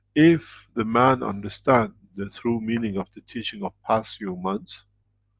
if the man understand the true meaning of the teaching of past few months